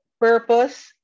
purpose